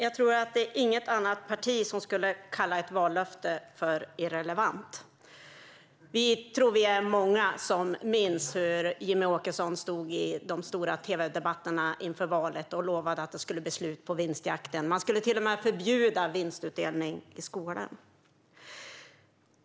Herr talman! Det är nog inget annat parti som skulle kalla ett vallöfte irrelevant. Jag tror att många minns hur Jimmie Åkesson stod i de stora tvdebatterna inför valet och lovade att det skulle bli slut på vinstjakten. Vinstutdelning i skolan skulle till och med förbjudas.